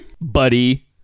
buddy